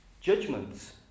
judgments